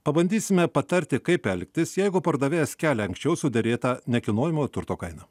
pabandysime patarti kaip elgtis jeigu pardavėjas kelia anksčiau suderėtą nekilnojamojo turto kainą